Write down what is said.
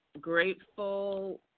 Grateful